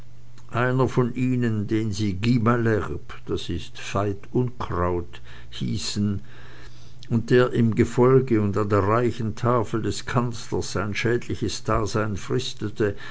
einer von ihnen den sie gui malherbe das ist veit unkraut hießen und der im gefolge und an der reichen tafel des kanzlers sein schädliches dasein fristete